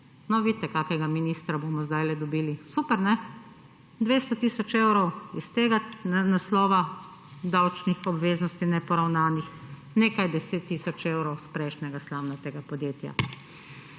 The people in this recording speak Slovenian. No, vidite, kakega ministra bomo zdajle dobili. Super, ne? Dvesto tisoč evrov iz tega naslova davčnih obveznosti, neporavnanih, nekaj deset tisoč evrov iz prejšnjega slamnatega podjetja.